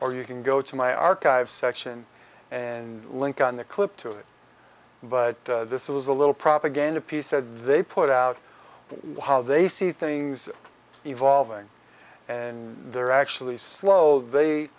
or you can go to my archive section and link on the clip to it but this was a little propaganda piece said they put out or how they see things evolving and they're actually slow they